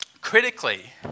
Critically